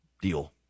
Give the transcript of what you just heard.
deal